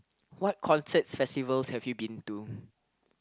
what concerts festivals have you been to